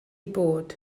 bod